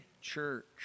church